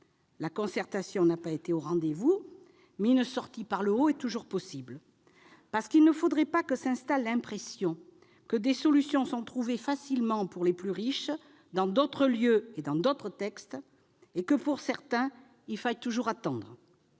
La concertation n'a pas été au rendez-vous, mais une sortie par le haut est toujours possible. En effet, il ne faudrait pas que s'installe l'impression que des solutions sont trouvées facilement pour les plus riches dans d'autres lieux et dans d'autres textes, alors que, pour certains, il faut toujours attendre.